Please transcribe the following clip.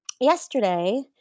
yesterday